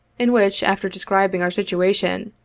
in which, after describing our situation,